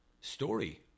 Story